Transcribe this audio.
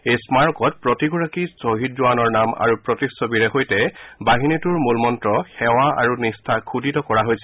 এই স্মাৰকত প্ৰতিগৰাকী ছহিদ জোৱানৰ নাম আৰু প্ৰতিচ্ছবিৰে সৈতে বাহিনীটোৰ মূলমন্ত্ৰ সেৱা আৰু নিষ্ঠা খোদিত কৰা হৈছে